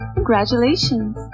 Congratulations